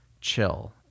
chill